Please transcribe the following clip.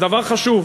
זה דבר חשוב.